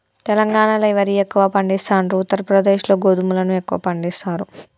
తెలంగాణాల వరి ఎక్కువ పండిస్తాండ్రు, ఉత్తర ప్రదేశ్ లో గోధుమలను ఎక్కువ పండిస్తారు